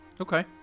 Okay